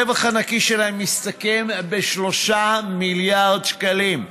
הרווח הנקי שלהם מסתכם ב-3 מיליארד שקלים.